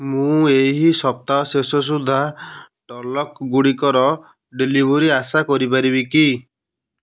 ମୁଁ ଏହି ସପ୍ତାହ ଶେଷ ସୁଦ୍ଧା ଟଲ୍କ୍ଗୁଡ଼ିକର ଡ଼େଲିଭରି ଆଶା କରିପାରିବି କି